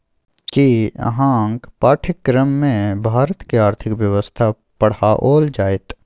कि अहाँक पाठ्यक्रममे भारतक आर्थिक व्यवस्था पढ़ाओल जाएत?